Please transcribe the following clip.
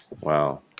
Wow